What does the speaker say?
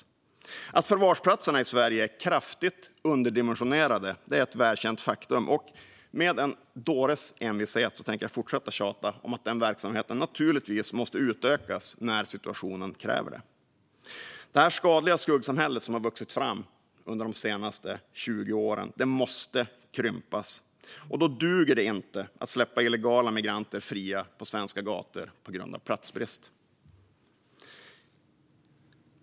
Att antalet förvarsplatser i Sverige är kraftigt underdimensionerat är ett välkänt faktum, och med en dåres envishet tänker jag fortsätta att tjata om att denna verksamhet givetvis måste utökas när situationen kräver det. Det skadliga skuggsamhälle som har vuxit fram under de senaste 20 åren måste krympas, och då duger det inte att släppa illegala migranter fria på svenska gator på grund av platsbrist.